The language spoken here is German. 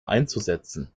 einzusetzen